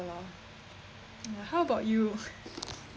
lah uh how about you